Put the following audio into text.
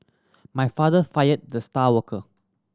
my father fired the star worker